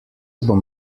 bom